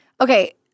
Okay